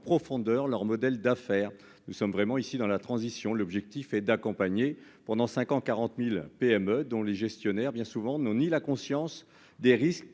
profondeur leur modèle d'affaires, nous sommes vraiment ici dans la transition, l'objectif est d'accompagner pendant 5 ans 40000 PME dont les gestionnaires bien souvent nous ni la conscience des risques